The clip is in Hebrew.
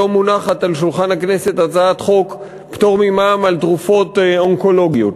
היום מונחת על שולחן הכנסת הצעת חוק פטור ממע"מ על תרופות אונקולוגיות,